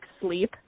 sleep